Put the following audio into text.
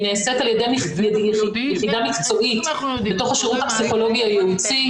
היא נעשית על ידי יחידה מקצועית בתוך השירות הפסיכולוגי הייעוצי,